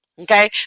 okay